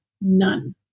None